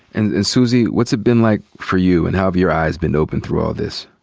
and suzy, what's it been like for you, and how have your eyes been opened through all this?